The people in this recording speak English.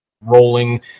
rolling